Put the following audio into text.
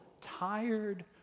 tired